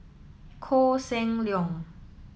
Koh Seng Leong